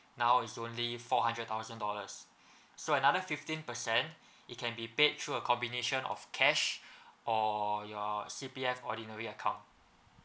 now is only four hundred thousand dollars so another fifteen percent it can be paid through a combination of cash or your C_P_F ordinary account